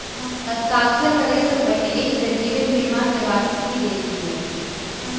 हस्ताक्षर करअ सॅ पहिने एक बेर जीवन बीमा के वार्षिकी देख लिअ